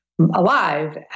alive